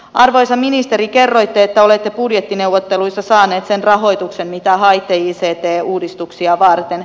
arvoisa ministeri kerroitte että olette budjettineuvotteluissa saanut sen rahoituksen mitä haitte ict uudistuksia varten